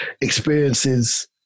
experiences